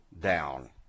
down